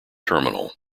terminal